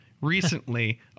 recently